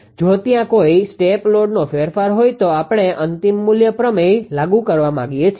જો ત્યાં કોઈ સ્ટેપ લોડનો ફેરફાર હોય તો આપણે અંતિમ મૂલ્ય પ્રમેય લાગુ કરવા માંગીએ છીએ